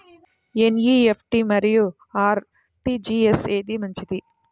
NEFT మరియు RTGS ఏది మంచిది?